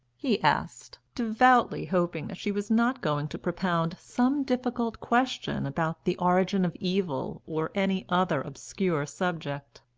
he asked, devoutly hoping that she was not going to propound some difficult question about the origin of evil, or any other obscure subject.